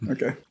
Okay